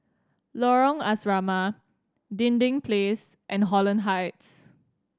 Lorong Asrama Dinding Place and Holland Heights